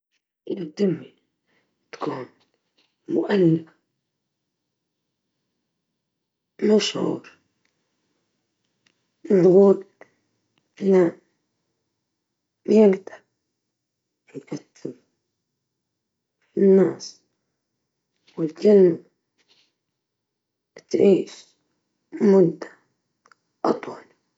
المركب أحسن، لأنه يتحرك وين ما تبي، وتقدر تغير المناظر كل مرة.